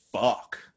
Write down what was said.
fuck